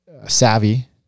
savvy